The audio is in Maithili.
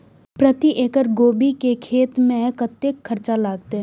प्रति एकड़ गोभी के खेत में कतेक खर्चा लगते?